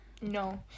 No